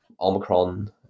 Omicron